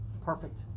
Perfect